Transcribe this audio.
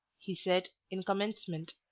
he said, in commencement